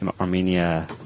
Armenia